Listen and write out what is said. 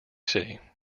city